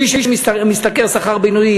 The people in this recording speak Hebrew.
מי שמשתכר שכר בינוני,